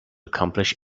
accomplish